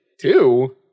Two